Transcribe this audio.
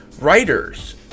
writers